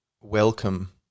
welcome